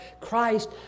Christ